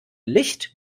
licht